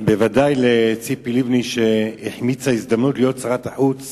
ודאי לציפי לבני, שהחמיצה הזדמנות להיות שרת החוץ